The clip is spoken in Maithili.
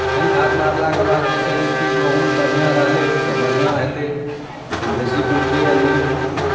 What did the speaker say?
फेर खाद मारलाके बाद जे छै जेकि गहूम बढ़िआँ रहलै तऽ बढ़िआँ हेतै बेसी पुरतै आ नहि